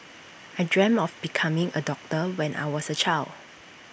I dreamt of becoming A doctor when I was A child